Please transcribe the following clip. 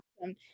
awesome